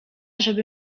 żeby